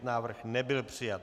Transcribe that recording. Návrh nebyl přijat.